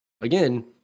again